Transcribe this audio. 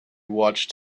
watched